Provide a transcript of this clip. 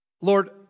Lord